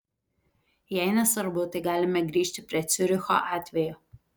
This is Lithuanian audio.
jei nesvarbu tai galime grįžti prie ciuricho atvejo